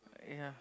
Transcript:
yeah